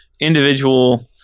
individual